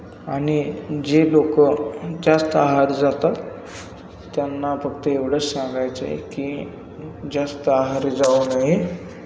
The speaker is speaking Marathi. आणि जे लोकं जास्त आहारी जातात त्यांना फक्त एवढंच सांगायचं आहे की जास्त आहारी जाऊ नये